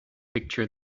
picture